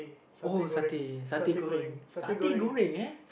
oh satay satay Goreng satay Goreng uh